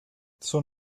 son